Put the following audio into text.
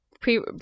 pre